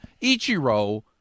Ichiro